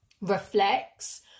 reflects